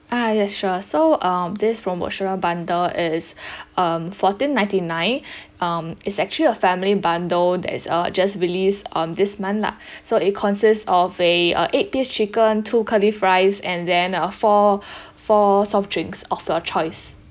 uh yes sure so um this promotional bundle is um fourteen ninety nine um it's actually a family bundle that is uh just released on this month lah so it consists of a uh eight piece chicken two curly fries and then uh four four soft drinks of your choice